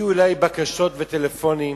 הגיעו אלי בקשות וטלפונים,